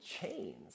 chains